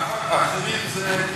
ואחרים זה,